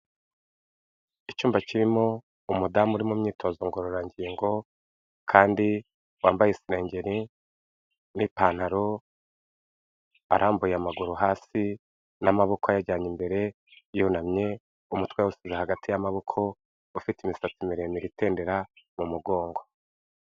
Icyumba kirimo umudamu uri mu myitozo ngororangingo kandi wambaye isengeri n'ipantaro, arambuye amaguru hasi n'amaboko ayajyanye imbere yunamye, umutwe yawushyize hagati y'amaboko, ufite imisatsi miremire itendera mu mugongo.